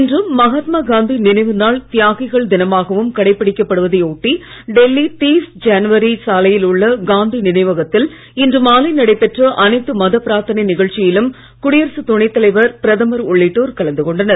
இன்று மகாத்மாகாந்தி நினைவு நாள் தியாகிகள் தினமாகவும் கடைபிடிக்கப்படுவதை ஒட்டி டெல்லி தீஸ் ஜனவரி சாலையில் உள்ள காந்தி நினைவகத்தில் இன்று மாலை நடைபெற்ற அனைத்து மத பிராத்தனை நிகழ்ச்சியிலும் குடியரசு துணைத் தலைவர் பிரதமர் உள்ளிட்டோர் கலந்து கொண்டனர்